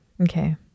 Okay